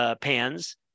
pans